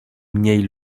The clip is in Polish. mniej